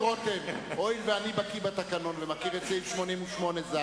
הואיל ואני בקי בתקנון ומכיר את סעיף 88(ז),